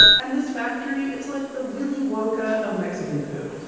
and this factory, it's like the willy wonka of mexican food.